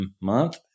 month